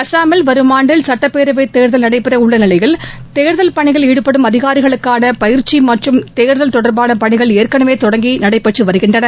அசாமில் வருமாண்டில் சட்டப்பேரவை தேர்தல் நடைபெற உள்ள நிலையில் தேர்தல் பணியில் ஈடுபடும் அதிகாரிகளுக்கான பயிற்சி மற்றும் தேர்தல் தொடர்பான பணிகள் ஏற்கனவே தொடங்கி நடைபெற்று வருகின்றன